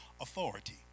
authority